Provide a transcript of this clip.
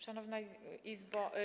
Szanowna Izbo!